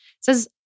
says